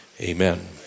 Amen